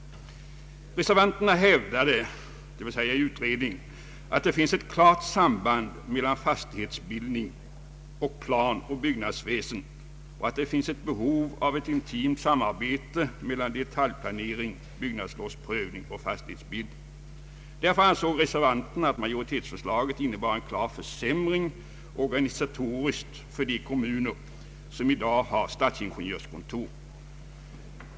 Reservanterna i utredningen hävdade att det finns ett klart samband mellan fastighetsbildning och planoch byggnadsväsendet och att det finns ett behov av intimt samarbete mellan detaljplanering, byggnadslovsprövning och fastighetsbildning. Därför ansåg reservanterna att majoritetsförslaget innebar en klar försämring organisatoriskt för de kommuner som i dag har stadsingenjörskontor.